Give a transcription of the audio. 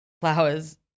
flowers